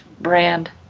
brand